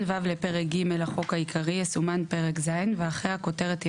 ו' לפרק ג' לחוק העיקרי יסומן "פרק ז'" ואחרי הכותרת יבוא: